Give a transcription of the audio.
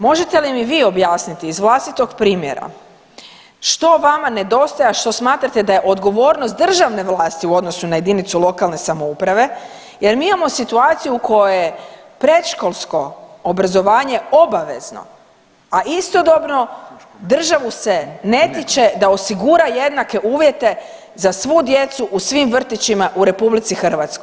Možete li mi vi objasniti iz vlastitog primjera što vama nedostaje, a što smatrate da je odgovornost državne vlasti u odnosu na jedinicu lokalne samouprave jer mi imamo situaciju u kojoj je predškolsko obrazovanje obavezno, a istodobno državu se ne tiče da osigura jednake uvjete za svu djecu u svim vrtićima u RH.